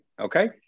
Okay